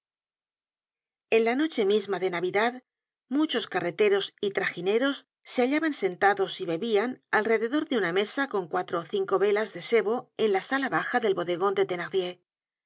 en la noche misma de navidad muchos carreteros y tragineros se hallaban sentados y bebian alrededor de una mesa con cuatro ó cinco velas de sebo en la sala baja del bodegon de